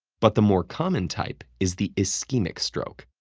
but the more common type is the ischemic stroke,